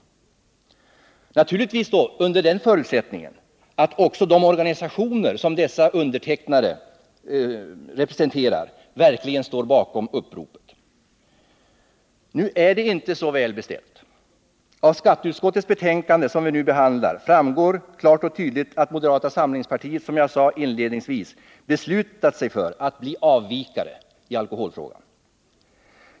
Vidare är det naturligtvis också en förutsättning att de organisationer som undertecknarna representerar verkligen står bakom uppropet. Nu är det inte så väl beställt. Av det betänkande från skatteutskottet som vi nu behandlar framgår klart och tydligt att moderata samlingspartiet, som jag inledningsvis sade, beslutat sig för att bli avvikare i alkoholfrågan.